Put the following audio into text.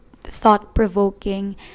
thought-provoking